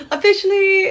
Officially